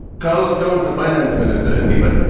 carlos going for finance minister. and he's like,